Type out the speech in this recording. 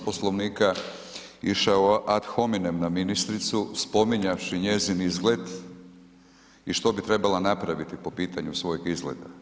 Poslovnika, išao je ad hominem na ministricu spominjavši njezin izgled i što bi trebala napraviti po pitanju svojeg izgleda.